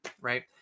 right